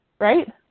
right